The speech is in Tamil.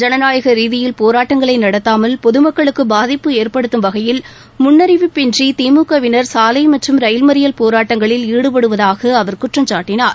ஜனநாயக ரீதியில் போராட்டங்களை நடத்தாமல் பொதுமக்களுக்கு பாதிப்பு ஏற்படுத்தும் வகையில் முன்னறிவிப்பு இன்றி திமுக வினா் சாலை மற்றம் ரயில் மறியல் போராட்டங்களில் ஈடுபடுவதாக அவா குற்றம்சாட்டினார்